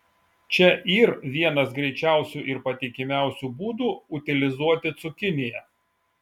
čia yr vienas greičiausių ir patikimiausių būdų utilizuoti cukiniją